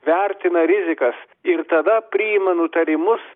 vertina rizikas ir tada priima nutarimus